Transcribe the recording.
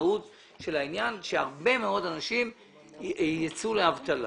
המשמעות של זה היא שהרבה מאוד אנשים יצאו לאבטלה